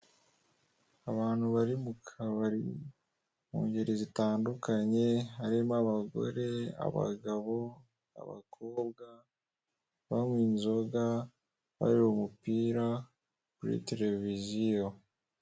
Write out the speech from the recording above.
Abantu bari mukabari mungeri zitandukanye harimo abagore abagabo abakobwa bankwa inzoga bareba umupira kuri televiziyo.